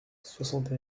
soixante